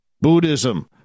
buddhism